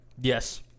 Yes